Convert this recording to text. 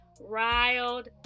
riled